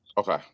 Okay